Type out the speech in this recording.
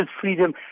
freedom